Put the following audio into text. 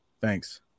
Thanks